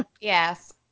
Yes